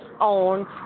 on